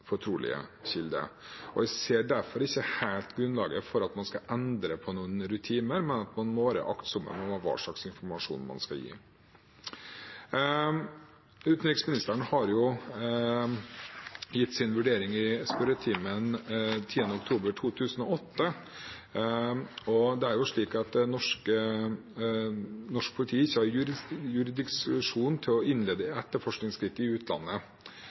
fortrolige kilde. Jeg ser derfor ikke helt grunnlaget for at man skal endre på noen rutiner, men at man må være aktsom med hva slags informasjon man skal gi. Utenriksministeren har gitt sin vurdering i spørretimen den 10. oktober 2018, og det er slik at norsk politi ikke har jurisdiksjon til å innlede etterforskningsskritt i utlandet.